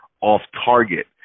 off-target